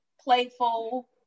playful